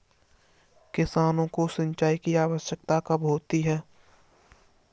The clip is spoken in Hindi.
किसानों को सिंचाई की आवश्यकता कब होती है?